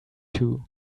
two